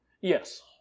Yes